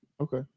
Okay